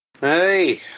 Hey